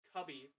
Cubby